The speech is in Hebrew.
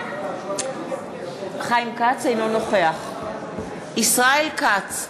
אינו נוכח ישראל כץ,